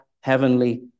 heavenly